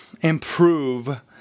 improve